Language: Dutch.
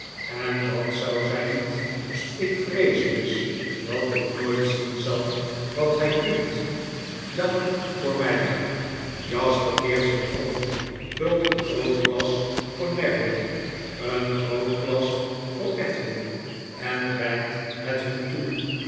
en dat zouzij niet ik vrees dus dat ik nooit zien zal wat gy kunt jammer voor my jasper keert zich om vult een groot glas voor neville een groot glas voor edwin en reikt het hun toe